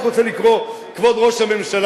אני רק רוצה לקרוא, כבוד ראש הממשלה.